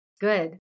Good